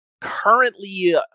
currently